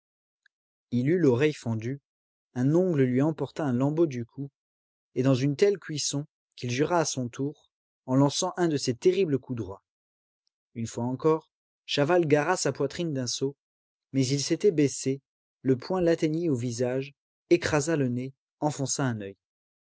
eut l'oreille fendue un ongle lui emporta un lambeau du cou et dans une telle cuisson qu'il jura à son tour en lançant un de ses terribles coups droits une fois encore chaval gara sa poitrine d'un saut mais il s'était baissé le poing l'atteignit au visage écrasa le nez enfonça un oeil